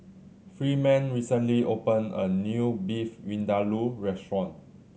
Freeman recently opened a new Beef Vindaloo Restaurant